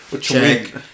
check